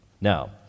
Now